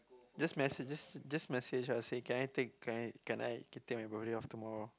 just mes~ just just message ah say can I take can I can I take my birthday off tomorrow